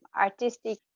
artistic